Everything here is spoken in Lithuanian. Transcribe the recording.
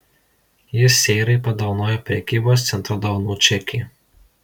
jis seirai padovanojo prekybos centro dovanų čekį